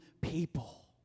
people